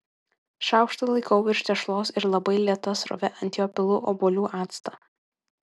šaukštą laikau virš tešlos ir labai lėta srove ant jo pilu obuolių actą